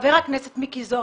חבר הכנסת מיקי זוהר,